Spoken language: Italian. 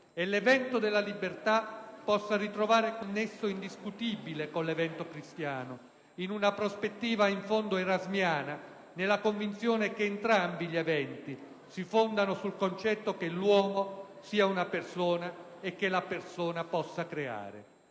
e "l'evento della libertà" possa ritrovare quel nesso indissolubile con "l'evento cristiano", in una prospettiva in fondo erasmiana, nella convinzione che entrambi gli eventi "si fondano sul concetto che l'uomo sia una persona e che la persona possa creare".